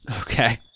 Okay